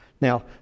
Now